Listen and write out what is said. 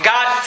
God